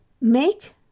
Make